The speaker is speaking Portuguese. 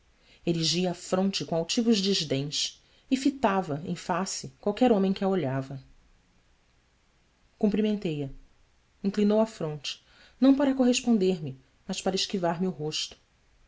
a fronte com altivos desdéns e fitava em face qualquer homem que a olhava cumprimentei a inclinou a fronte não para corresponder me mas para esquivar me o rosto